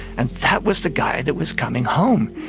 and that was the guy that was coming home.